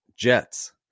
jets